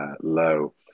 low